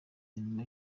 mirimo